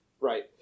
Right